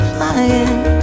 Flying